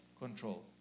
control